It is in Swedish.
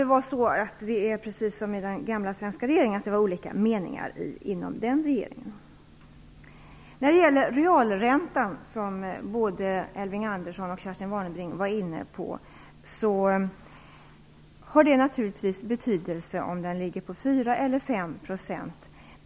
Precis som inom den gamla svenska regeringen kan det finnas olika meningar inom den danska regeringen. Både Kerstin Warnerbring och Elving Andersson var inne på frågan om realräntan. Det har naturligtvis betydelse om den ligger på 4 % eller 5 %.